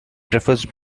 prefers